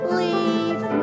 leave